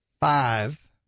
five